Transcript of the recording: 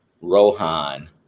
Rohan